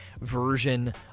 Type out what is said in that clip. version